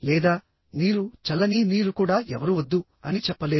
లేదా నీరు చల్లని నీరు కూడా ఎవరూ వద్దు అని చెప్పలేరు